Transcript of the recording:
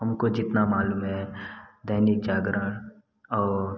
हमको जितना मालूम है दैनिक जागरण और